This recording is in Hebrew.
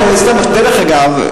דרך אגב,